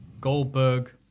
Goldberg